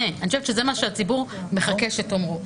מה שהציבור מחכה שתאמרו.